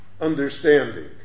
understanding